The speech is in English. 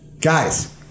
Guys